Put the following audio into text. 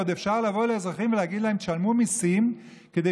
ועוד אפשר להגיד לאזרחים: תשלמו מיסים כדי